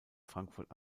frankfurt